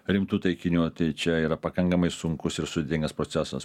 rimtų taikinių tai čia yra pakankamai sunkus ir sudėtingas procesas